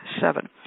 seven